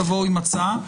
תבואו עם הצעה.